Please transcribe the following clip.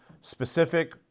specific